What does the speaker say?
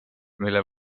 mille